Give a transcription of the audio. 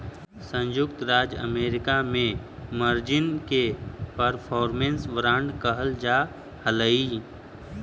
संयुक्त राज्य अमेरिका में मार्जिन के परफॉर्मेंस बांड कहल जा हलई